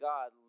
God